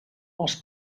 els